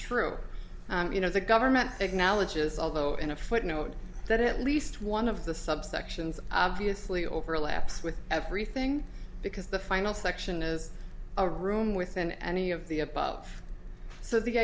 true you know the government acknowledges although in a footnote that at least one of the subsections obviously overlaps with everything because the final section is a room within any of the above so the